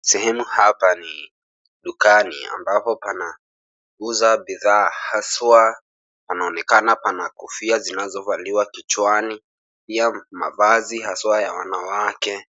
Sehemu hapa ni dukani ambapo panauza bidhaa haswa, panaonekana pana kofia zinazovaliwa kichwani, pia mavazi haswa ya wanawake